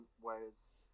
whereas